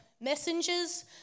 messengers